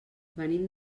venim